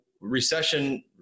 recession